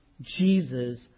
Jesus